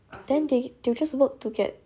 then they they will just work to get